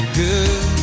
good